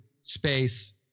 space